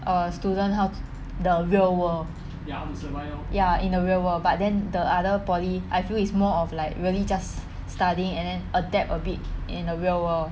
a student how the real world ya in the real world but then the other poly I feel is more of like really just studying and then adapt a bit in the real world